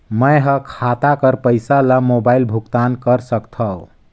मैं ह खाता कर पईसा ला मोबाइल भुगतान कर सकथव?